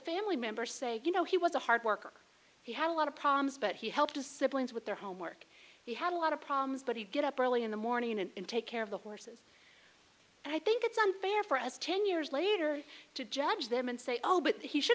family member say you know he was a hard worker he had a lot of problems but he helped a siblings with their homework he had a lot of problems but he'd get up early in the morning and take care of the horses and i think it's unfair for us ten years later to judge them and say oh but he should